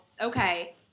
okay